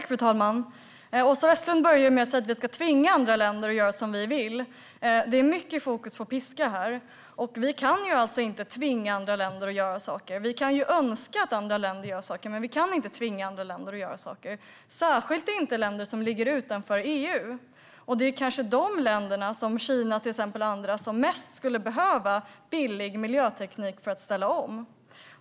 Fru talman! Åsa Westlund börjar med att säga att vi ska tvinga andra länder att göra som vi vill. Det är mycket fokus på piska. Vi kan inte tvinga andra länder att göra saker. Vi kan önska att andra länder ska göra saker. Men vi kan inte tvinga dem, särskilt inte länder som ligger utanför EU. Det är kanske de länderna, till exempel Kina, som mest skulle behöva billig miljöteknik för att ställa om.